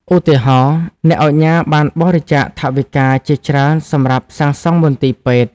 ឧទាហរណ៍ អ្នកឧកញ៉ាបានបរិច្ចាគថវិកាជាច្រើនសម្រាប់សាងសង់មន្ទីរពេទ្យ។